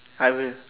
I will